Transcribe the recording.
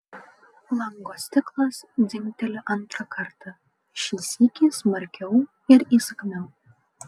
lango stiklas dzingteli antrą kartą šį sykį smarkiau ir įsakmiau